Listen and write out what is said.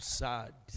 sad